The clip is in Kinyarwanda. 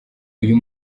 uyu